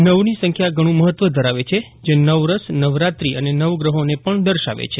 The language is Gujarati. નવની સંખ્યા ઘણું મહત્વ ધરાવે છે જે નવરસ નવરાત્રિ અને નવગ્રહોને પજ્ઞ દર્શાવે છે